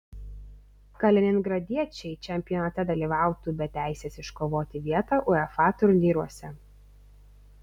kaliningradiečiai čempionate dalyvautų be teisės iškovoti vietą uefa turnyruose